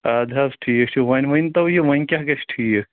اَدٕ حظ ٹھیٖک چھُ وۅنۍ ؤنۍتَو یہِ وۅنۍ کیٛاہ گژھِ ٹھیٖک